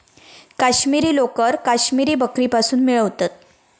काश्मिरी लोकर काश्मिरी बकरीपासुन मिळवतत